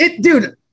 Dude